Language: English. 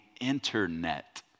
internet